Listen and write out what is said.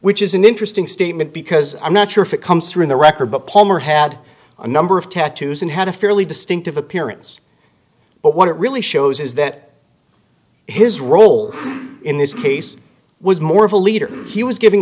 which is an interesting statement because i'm not sure if it comes through in the record but palmer had a number of tattoos and had a fairly distinctive appearance but what it really shows is that his role in this case was more of a leader he was giving